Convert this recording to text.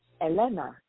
Elena